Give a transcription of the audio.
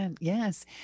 Yes